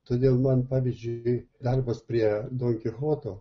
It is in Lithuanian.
todėl man pavyzdžiui darbas prie donkichoto